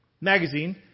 magazine